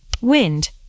wind